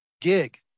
gig